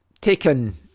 taken